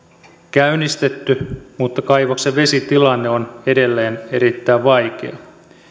käynnistetty mutta kaivoksen vesitilanne on edelleen erittäin vaikea